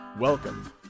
Welcome